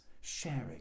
sharing